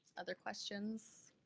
other questions?